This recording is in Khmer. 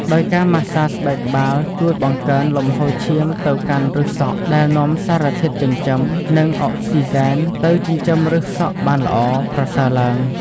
ដោយការម៉ាស្សាស្បែកក្បាលជួយបង្កើនលំហូរឈាមទៅកាន់ឫសសក់ ដែលនាំសារធាតុចិញ្ចឹម និងអុកស៊ីហ្សែនទៅចិញ្ចឹមឫសសក់បានល្អ ប្រសើរឡើង។